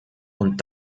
und